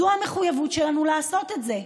זו המחויבות שלנו לעשות את זה,